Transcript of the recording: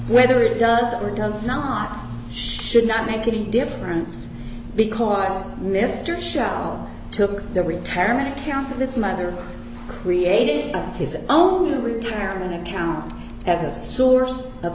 whether it does or does not should not make any difference because mr shout took the retirement accounts of this mother created his own retirement account as a source of